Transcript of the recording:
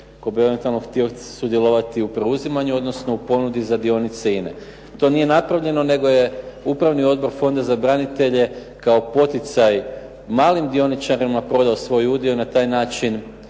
tko bi eventualno htio sudjelovati u preuzimanju odnosno u ponudi za dionice INA-e. To nije napravljeno, nego je Upravni odbor Fonda za branitelje kao poticaj malim dioničarima prodao svoj udio i na taj način